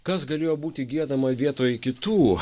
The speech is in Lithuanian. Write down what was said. kas galėjo būti giedama vietoj kitų